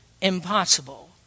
impossible